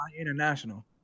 international